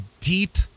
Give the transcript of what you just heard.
deep